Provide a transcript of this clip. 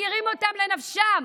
מפקירים אותם לנפשם.